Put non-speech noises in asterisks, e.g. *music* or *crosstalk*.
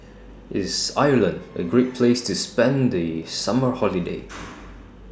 IS Ireland A Great Place to spend The Summer Holiday *noise*